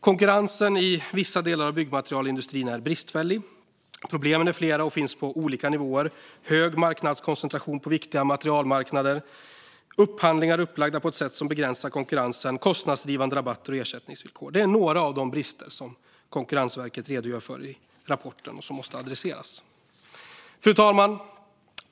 Konkurrensen i vissa delar av byggmaterialindustrin är bristfällig. Problemen är flera och finns på olika nivåer. Det handlar om hög marknadskoncentration på viktiga materialmarknader, upphandlingar upplagda på ett sätt som begränsar konkurrensen och kostnadsdrivande rabatter och ersättningsvillkor. Detta är några av de brister som Konkurrensverket redogör för i rapporten och som måste adresseras. Fru talman!